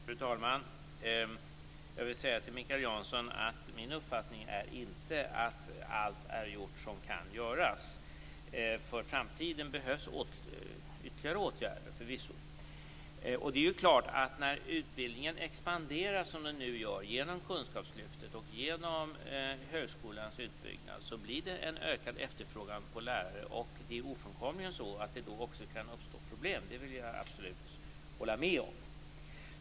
Fru talman! Jag vill säga till Mikael Janson att min uppfattning är inte att allt är gjort som kan göras. För framtiden behövs förvisso ytterligare åtgärder. När utbildningen expanderar, som den nu gör genom kunskapslyftet och högskolans utbyggnad, blir det en ökad efterfrågan på lärare. Det är ofrånkomligen så att det då också kan uppstå problem. Det vill jag absolut hålla med om.